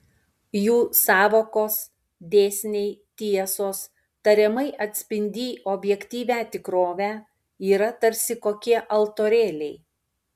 jų sąvokos dėsniai tiesos tariamai atspindį objektyvią tikrovę yra tarsi kokie altorėliai